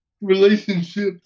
relationships